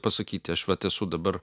pasakyti aš vat esu dabar